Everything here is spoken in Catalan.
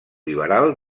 liberal